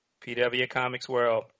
pwcomicsworld